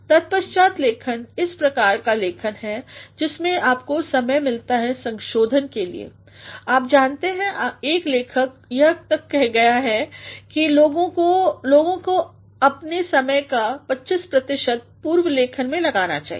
ततपश्चात लेखनइस प्रकार का लेखन है जिसमें आपको समय मिलता है संशोधन के लिए आप जानते हैं एक लेखक यह तक कहा है कि लोगों को अपने समय का२५ प्रतिशत पूर्व लेखन में लगाना चाहिए